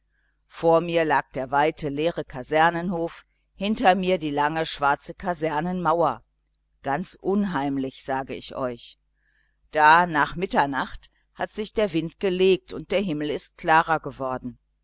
vor mir war der weite leere kasernenhof hinter mir die lange schwarze kasernenmauer ganz unheimlich sage ich euch da nach mitternacht hat sich der wind gelegt und der himmel ist klarer geworden